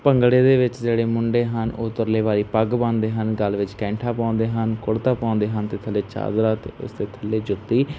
ਭੰਗੜੇ ਦੇ ਵਿੱਚ ਜਿਹੜੇ ਮੁੰਡੇ ਹਨ ਉਹ ਤੁਰਲੇ ਵਾਲੀ ਪੱਗ ਬੰਨਦੇ ਹਨ ਗਲ ਵਿੱਚ ਕੈਂਠਾ ਪਾਉਂਦੇ ਹਨ ਕੁੜਤਾ ਪਾਉਂਦੇ ਹਨ ਅਤੇ ਥੱਲੇ ਚਾਦਰਾਂ ਅਤੇ ਉਸਦੇ ਥੱਲੇ ਜੁੱਤੀ